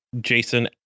jason